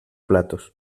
platos